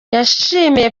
yashimye